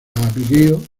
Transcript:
abigail